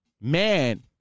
man